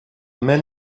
men